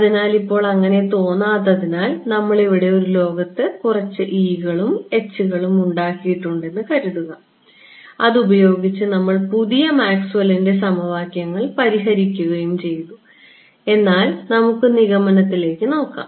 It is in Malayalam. അതിനാൽ ഇപ്പോൾ അങ്ങനെ തോന്നാത്തതിനാൽ ഇവിടെ നമ്മൾ ഒരു ലോകത്ത് കുറച്ച് കളും കളും ഉണ്ടാക്കിയിട്ടുണ്ടെന്ന് കരുതുക അതുപയോഗിച്ച് നമ്മൾ പുതിയ മാക്സ്വെല്ലിന്റെ സമവാക്യങ്ങൾ പരിഹരിക്കുകയും ചെയ്തു എന്നാൽ നമുക്ക് നിഗമനത്തിലേക്ക് നോക്കാം